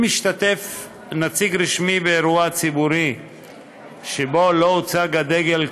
אם השתתף נציג רשמי באירוע ציבורי שלא הוצג בו הדגל,